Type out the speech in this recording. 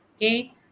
okay